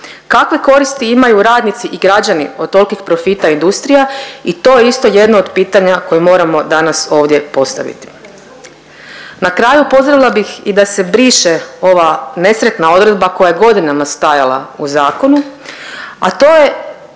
Kakve koristi imaju radnici i građani od tolikih profita industrija i to je isto jedno od pitanja koje moramo danas ovdje postaviti. Na kraju pozdravila bih i da se briše ova nesretna odredba koja je godinama stajala u zakonu, a to je